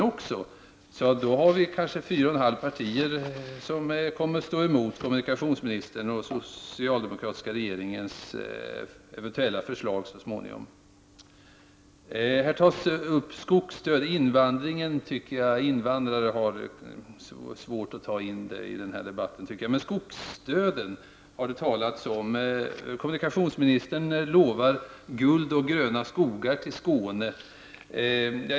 Därför kommer kanske fyra och ett halvt parti att stå emot kommunikationsministern och den socialdemokratiska regeringens eventuella förslag så småningom. Jag tycker att det är svårt att ta invandrarfrågan i denna debatt. Det har här talats om skogsdöden. Kommunikationsministern lovar guld och gröna skogar till Skåne.